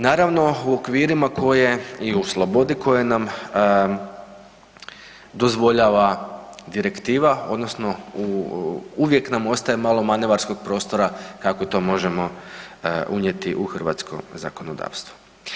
Naravno, u okvirima i u slobodi koja nam dozvoljava direktiva, odnosno, uvijek nam ostaje malo manevarskog prostora kako to možemo unijeti u hrvatsko zakonodavstvo.